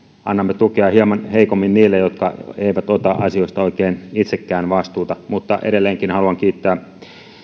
annamme tukea hieman heikommin niille jotka eivät ota asioista oikein itsekään vastuuta mutta edelleenkin haluan kiittää